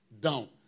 down